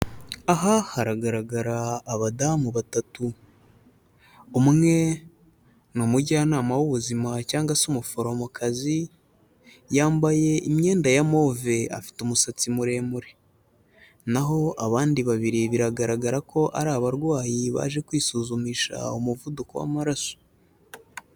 Aha haragaragara abadamu batatu. Umwe ni umujyanama w'ubuzima cyangwa se umuforomokazi, yambaye imyenda ya move, afite umusatsi muremure. Naho abandi babiri biragaragara ko ari abarwayi baje kwisuzumisha umuvuduko w'amaraso.